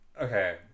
Okay